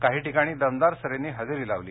काही ठिकाणी दमदार सरींनी हजेरी लावली